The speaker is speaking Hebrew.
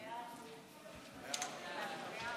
ההצעה